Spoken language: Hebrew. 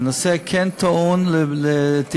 זה נושא שכן טעון טיפול.